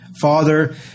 Father